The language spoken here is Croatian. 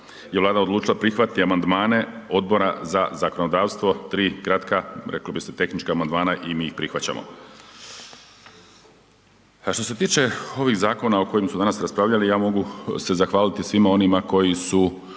je Vlada odlučila prihvatiti amandmane Odbora za zakonodavstvo, tri kratka, reklo bi se, tehnička amandmana i mi ih prihvaćamo. A što se tiče ovih zakona o kojim su danas raspravljali, ja mogu se zahvaliti svima onima koji su